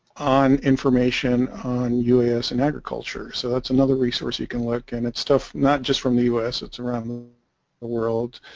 on information on us and agriculture so that's another resource you can look and it's tough not just from the us around the ah world